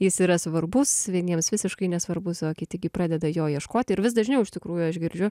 jis yra svarbus vieniems visiškai nesvarbus o kiti gi pradeda jo ieškoti ir vis dažniau iš tikrųjų aš girdžiu